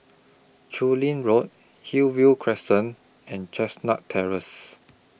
Chu Lin Road Hillview Crescent and Chestnut Terrace